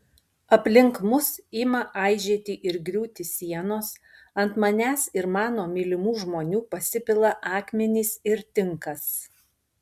aplink mus ima aižėti ir griūti sienos ant manęs ir mano mylimų žmonių pasipila akmenys ir tinkas